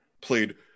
played